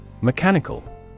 Mechanical